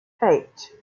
eight